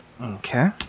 Okay